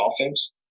offense